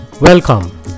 Welcome